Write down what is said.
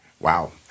Wow